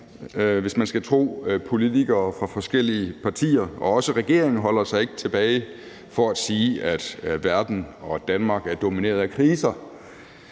hvis man skal tro politikere fra forskellige partier. Heller ikke regeringen holder sig tilbage fra at sige, at verden og Danmark er domineret af kriser.